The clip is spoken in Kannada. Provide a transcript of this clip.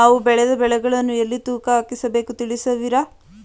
ನಾವು ಬೆಳೆದ ಬೆಳೆಗಳನ್ನು ಎಲ್ಲಿ ತೂಕ ಹಾಕಿಸಬೇಕು ತಿಳಿಸುವಿರಾ?